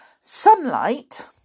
sunlight